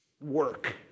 Work